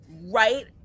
right